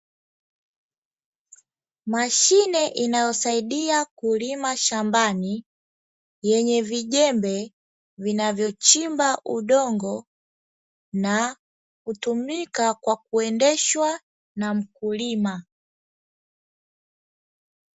Mashine inayosaidia kulima shambani, yenye vijembe vinavyochimba udongo na kutumika kwa kuendeshwa na mkulima.